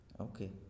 Okay